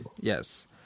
Yes